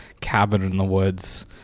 cabin-in-the-woods